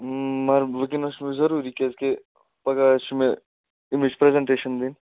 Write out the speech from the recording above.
مگر وٕنکٮ۪نَس چھُ مےٚ ضروٗری کیٛازِکہِ پَگہہ آسہِ مےٚ ایٚمِچ پریزَنٹیشَن دِنۍ